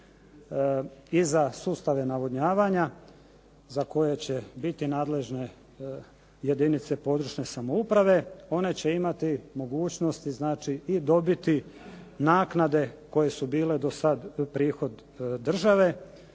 za sustave navodnjavanja za koje će biti nadležne jedinice područne samouprave, one će imati mogućnosti znači i dobiti naknade koje su bile dosad prihod države.